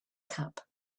cup